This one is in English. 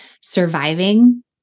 surviving